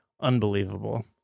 unbelievable